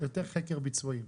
יותר חקר ביצועים.